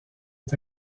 est